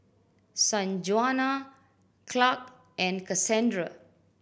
Sanjuana Clarke and Kassandra